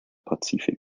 pazifik